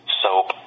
soap